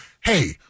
hey